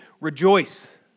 rejoice